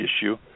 issue